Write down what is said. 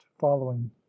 following